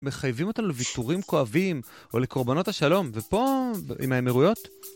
מחייבים אותנו לוויתורים כואבים או לקורבנות השלום, ופה, עם האמירויות?